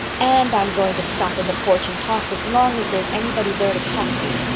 and i'm going to stop in the porch and talk as long as there's anybody there to talk to.